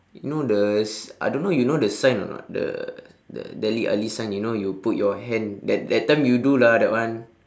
you know the s~ I don't know you know the sign or not the the dele alli sign you know you put your hand that that time you do lah that one